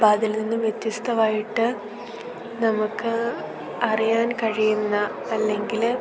അപ്പം അതിൽ നിന്ന് വ്യത്യസ്തമായിട്ട് നമുക്ക് അറിയാൻ കഴിയുന്ന അല്ലെങ്കിൽ